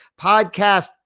podcast